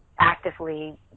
actively